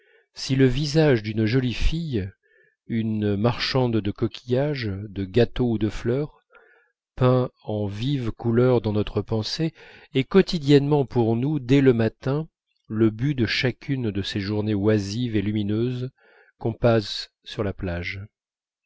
si le visage d'une jolie fille une marchande de coquillages de gâteaux ou de fleurs peint en vives couleurs dans notre pensée est quotidiennement pour nous dès le matin le but de chacune de ces journées oisives et lumineuses qu'on passe sur la plage